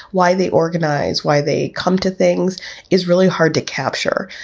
why they organize, why they come to things is really hard to capture.